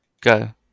go